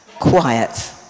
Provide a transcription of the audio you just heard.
Quiet